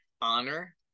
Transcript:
Honor